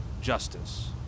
justice